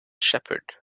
shepherd